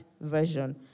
Version